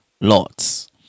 lots